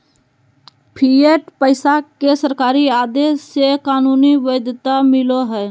fiat पैसा के सरकारी आदेश से कानूनी वैध्यता मिलो हय